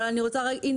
יש לנו וטרינרים,